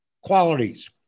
qualities